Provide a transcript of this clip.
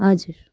हजुर